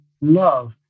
love